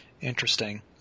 Interesting